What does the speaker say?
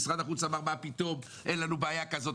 משרד החוץ אמר: מה פתאום, אין לנו בעיה כזאת.